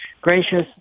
gracious